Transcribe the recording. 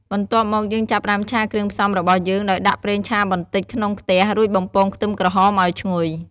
បន្ទាប់មក យើងចាប់ផ្តើមឆាគ្រឿងផ្សំរបស់យើងដោយដាក់ប្រេងឆាបន្តិចក្នុងខ្ទះ រួចបំពងខ្ទឹមក្រហមឲ្យឈ្ងុយ។